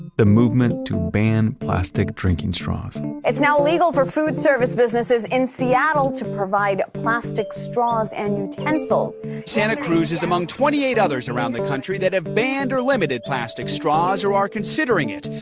the movement to ban plastic drinking straws it's now illegal for food service businesses in seattle to provide plastic straws and utensils santa cruz is among twenty eight others around the country that have banned or limited plastic straws or are considering it.